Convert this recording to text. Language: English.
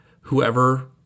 whoever